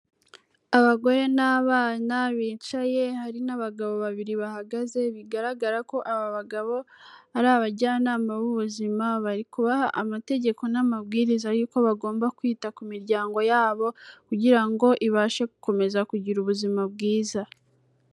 Abagore n'abana bicaye hari n'abagabo babiri bahagaze bigaragara ko aba bagabo ari abajyanama b'ubuzima bari kubaha amategeko n'amabwiriza y'uko bagomba kwita ku miryango yabo kugira ngo ibashe gukomeza kugira ubuzima bwiza.